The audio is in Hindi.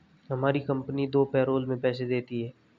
हमारी कंपनी दो पैरोल में पैसे देती है